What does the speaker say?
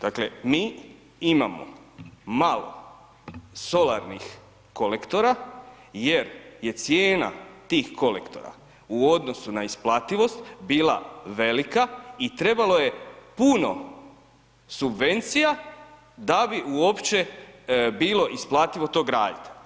Dakle mi imamo malo solarnih kolektora, jer je cijena tih kolektora u odnosu na isplativost bila velika i trebalo je puno subvencija da bi uopće bilo isplativo to graditi.